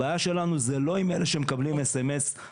הבעיה שלנו היא לא עם אלה שמקבלים SMS והם